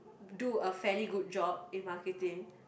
do a fairly good job in marketing